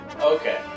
Okay